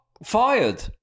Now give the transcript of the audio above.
Fired